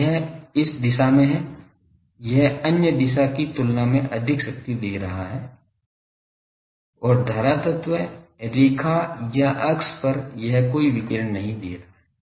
तो यह इस दिशा में है यह अन्य दिशा की तुलना में अधिक शक्ति दे रहा है और धारा तत्व रेखा या अक्ष पर यह कोई विकिरण नहीं दे रहा है